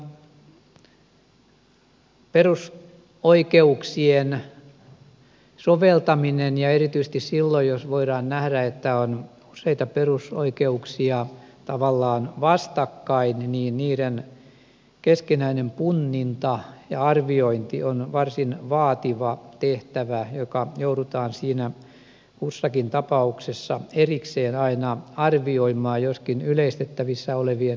perusoikeuksien soveltaminen erityisesti silloin jos on useita perusoikeuksia tavallaan vastakkain niiden keskinäinen punninta ja arviointi on varsin vaativa tehtävä joka joudutaan kussakin tapauksessa erikseen aina arvioimaan joskin yleistettävissä olevien kriteerien mukaan